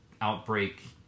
outbreak